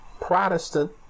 Protestant